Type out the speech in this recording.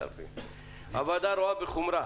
הוועדה רואה בחומרה